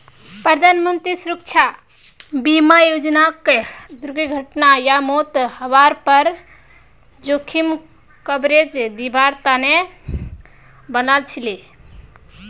प्रधानमंत्री सुरक्षा बीमा योजनाक दुर्घटना या मौत हवार पर जोखिम कवरेज दिवार तने बनाल छीले